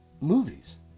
movies